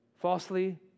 falsely